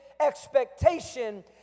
expectation